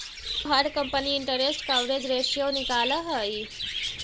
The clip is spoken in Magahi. का हर कंपनी इन्टरेस्ट कवरेज रेश्यो निकालअ हई